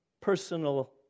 personal